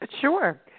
Sure